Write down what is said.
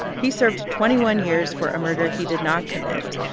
he served twenty one years for a murder he did not commit,